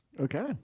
Okay